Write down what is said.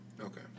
Okay